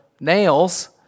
nails